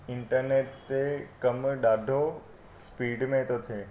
internet ते कमु ॾाढो स्पीड में थो थिए